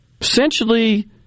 Essentially